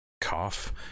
Cough